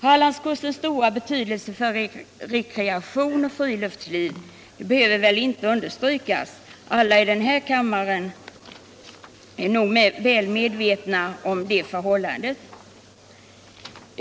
Hallandskustens stora betydelse för rekreation och friluftsliv behöver väl inte understrykas — alla i denna kammare är säkerligen väl medvetna om detta förhållande.